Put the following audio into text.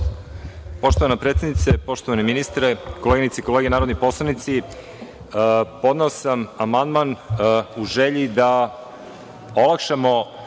Poštovana predsednice, poštovani ministre, koleginice i kolege narodni poslanici, podneo sam amandman u želji da olakšamo